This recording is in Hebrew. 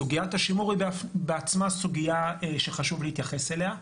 סוגיית השימור היא בעצמה סוגיה שחשוב להתייחס אליה.